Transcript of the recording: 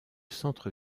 centre